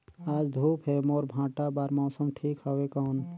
आज धूप हे मोर भांटा बार मौसम ठीक हवय कौन?